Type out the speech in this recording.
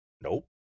Nope